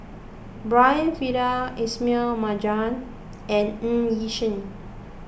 Brian Farrell Ismail Marjan and Ng Yi Sheng